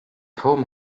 home